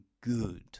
good